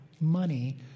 money